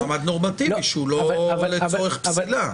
מעמד נורמטיבי שהוא לא לצורך פסילה.